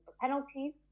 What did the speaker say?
penalties